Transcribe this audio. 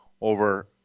over